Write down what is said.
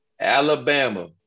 Alabama